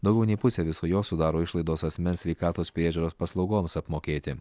daugiau nei pusę viso jo sudaro išlaidos asmens sveikatos priežiūros paslaugoms apmokėti